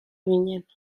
ginen